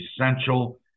essential